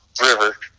river